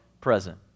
present